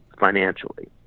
financially